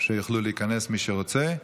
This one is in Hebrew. שיוכלו להיכנס, מי שרוצה,